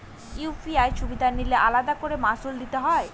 UPI সুবিধা নিলে আলাদা করে মাসুল দিতে হয়?